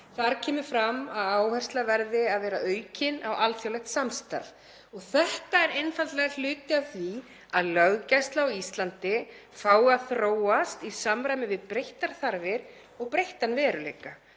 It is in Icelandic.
Þar kemur fram að áhersla verði að vera aukin á alþjóðlegt samstarf. Þetta er einfaldlega hluti af því að löggæsla á Íslandi fái að þróast í samræmi við breyttar þarfir og breyttan veruleika.